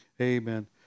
amen